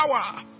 power